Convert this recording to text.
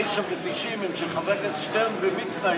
הן של חברי הכנסת שטרן ומצנע.